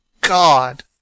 God